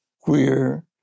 queer